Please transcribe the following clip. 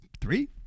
three